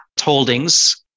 holdings